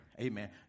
Amen